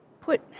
put